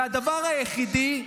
זה הדבר היחידי,